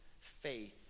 faith